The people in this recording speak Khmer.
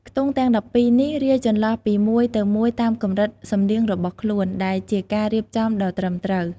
ខ្ទង់ទាំង ១២ នេះរាយចន្លោះពីមួយទៅមួយតាមកម្រិតសំនៀងរបស់ខ្លួន ដែលជាការរៀបចំដ៏ត្រឹមត្រូវ។